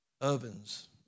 Ovens